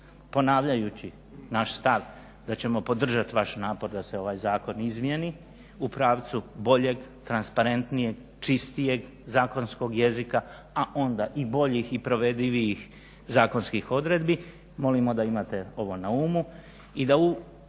Ponavljajući naš stav da ćemo podržati vaš napor da se ovaj zakon izmijeni u pravcu boljeg, transparentnijeg, čistijeg zakonskog jezika, a onda i boljih i provedivijih zakonskih odredbi molimo da imate ovo na umu i da sve